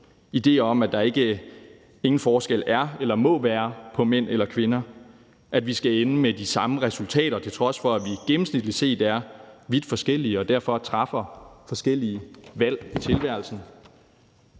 idéer om, at der ingen forskel er eller må være på mænd og kvinder; at vi skal ende med de samme resultater, til trods for at vi gennemsnitligt set er vidt forskellige og derfor træffer forskellige valg i tilværelsen;